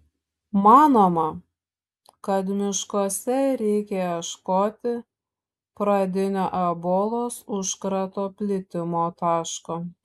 manoma kad miškuose ir reikia ieškoti pradinio ebolos užkrato plitimo taško